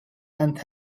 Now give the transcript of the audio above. and